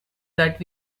that